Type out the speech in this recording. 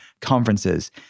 conferences